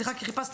כמה משאבים